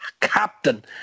captain